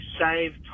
save